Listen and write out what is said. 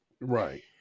Right